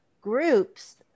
groups